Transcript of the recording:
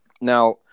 Now